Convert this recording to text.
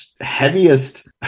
heaviest